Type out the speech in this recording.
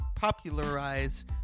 popularize